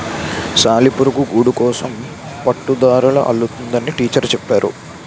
సాలిపురుగు గూడుకోసం పట్టుదారాలు అల్లుతుందని టీచరు చెప్పేరు